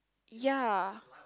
ya